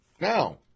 Now